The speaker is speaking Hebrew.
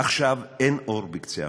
עכשיו אין אור בקצרה המנהרה,